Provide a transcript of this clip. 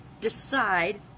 decide